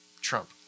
Trump